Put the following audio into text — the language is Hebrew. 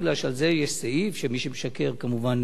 בגלל שעל זה יש סעיף שמי שמשקר כמובן